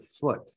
foot